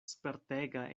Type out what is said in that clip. spertega